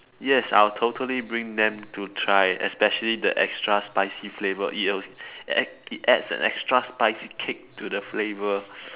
yes I'll totally bring them to try especially the extra spicy flavor it will add it adds an extra spicy kick to the flavor